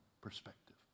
perspective